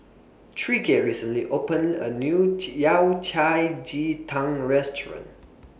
Tyreke recently opened A New Ji Yao Cai Ji Tang Restaurant